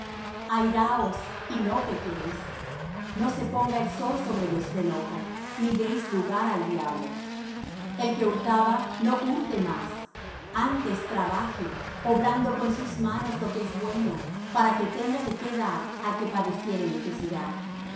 airaos y no pequéis no se ponga el sol sobre vuestro enojo ni deis lugar al diablo el que hurtaba no hurte más antes trabaje obrando con sus manos lo que es bueno para que tenga de qué dar al que padeciere necesidad